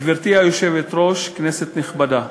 גברתי היושבת-ראש, כנסת נכבדה,